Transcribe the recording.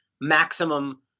maximum